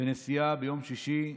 בנסיעה ביום שישי,